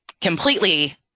completely